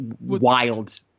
wild